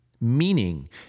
meaning